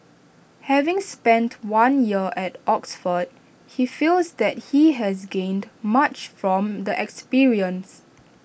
having spent one year at Oxford he feels that he has gained much from the experience